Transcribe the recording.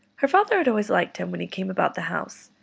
her father had always liked him when he came about the house,